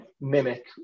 mimic